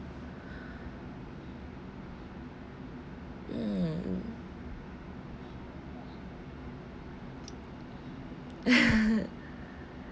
mm